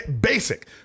Basic